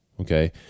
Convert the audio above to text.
okay